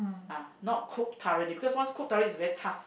ah not cook thoroughly because once cook thoroughly it's very tough